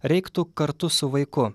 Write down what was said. reiktų kartu su vaiku